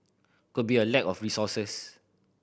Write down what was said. could be a lack of resources